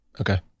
Okay